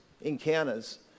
encounters